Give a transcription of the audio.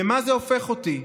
למה זה הופך אותי?